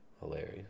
hilarious